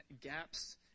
gaps